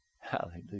Hallelujah